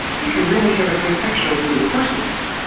you can really get a good picture of who the person is.